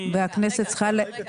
אני מקשיב.